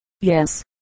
Yes